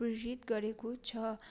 प्रेरित गरेको छ